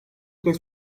etmek